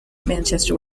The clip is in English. manchester